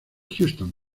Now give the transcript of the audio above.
houston